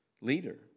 leader